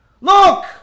look